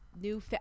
new